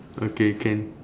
okay can